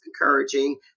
encouraging